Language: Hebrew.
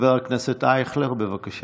חבר הכנסת אייכלר, בבקשה,